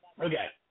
Okay